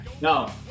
No